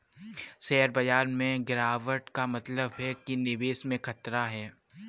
share बाजार में गिराबट का मतलब है कि निवेश में खतरा है